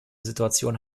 situation